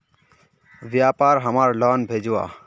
व्यापार हमार लोन भेजुआ?